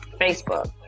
Facebook